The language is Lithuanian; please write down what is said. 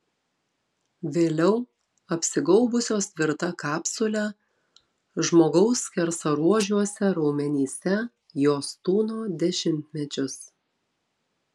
vėliau apsigaubusios tvirta kapsule žmogaus skersaruožiuose raumenyse jos tūno dešimtmečius